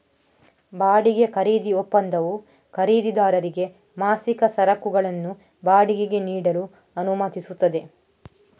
ಬಾಡಿಗೆ ಖರೀದಿ ಒಪ್ಪಂದವು ಖರೀದಿದಾರರಿಗೆ ಮಾಸಿಕ ಸರಕುಗಳನ್ನು ಬಾಡಿಗೆಗೆ ನೀಡಲು ಅನುಮತಿಸುತ್ತದೆ